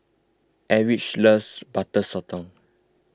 Eldridge loves Butter Sotong